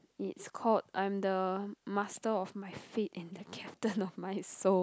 it's called I'm the master of my fate and the captain of my soul